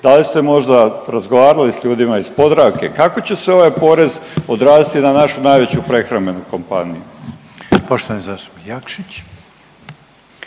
da li ste možda razgovarali s ljudima iz „Podravke“, kako će se ovaj porez odraziti na našu najveću prehrambenu kompaniju? **Reiner, Željko